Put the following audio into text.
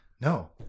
no